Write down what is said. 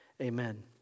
amen